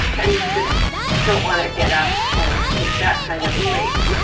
and you just don't wanna get up and take that kind of a break,